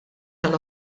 tal